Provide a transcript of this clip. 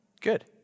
good